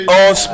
on